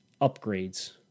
upgrades